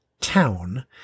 town